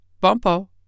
Bumpo